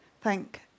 Thank